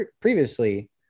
previously